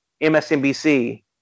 MSNBC